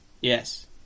Yes